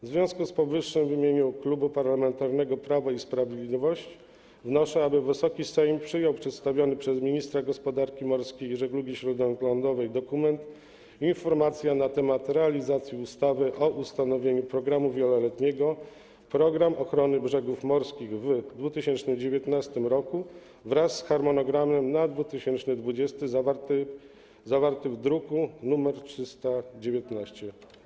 W związku z powyższym w imieniu Klubu Parlamentarnego Prawo i Sprawiedliwość wnoszę, aby Wysoki Sejm przyjął przedstawiony przez ministra gospodarki morskiej i żeglugi śródlądowej dokument dotyczący informacji na temat realizacji ustawy o ustanowieniu programu wieloletniego „Program ochrony brzegów morskich” w 2019 r., wraz z harmonogramem na 2020 r., zawartych w druku nr 319.